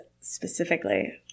specifically